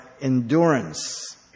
endurance